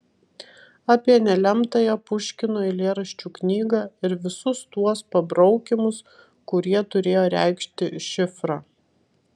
apie nelemtąją puškino eilėraščių knygą ir visus tuos pabraukymus kurie turėję reikšti šifrą